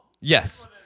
Yes